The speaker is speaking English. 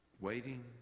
waiting